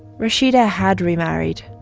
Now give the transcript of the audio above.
rashida had remarried.